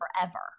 forever